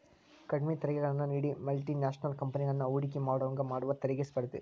ಕಡ್ಮಿ ತೆರಿಗೆಗಳನ್ನ ನೇಡಿ ಮಲ್ಟಿ ನ್ಯಾಷನಲ್ ಕಂಪೆನಿಗಳನ್ನ ಹೂಡಕಿ ಮಾಡೋಂಗ ಮಾಡುದ ತೆರಿಗಿ ಸ್ಪರ್ಧೆ